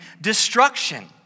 destruction